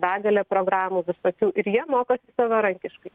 begalė programų visokių ir jie mokosi savarankiškai